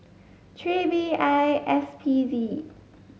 three B I S P Z